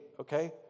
okay